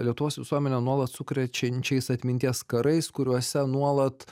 lietuvos visuomenę nuolat sukrečiančiais atminties karais kuriuose nuolat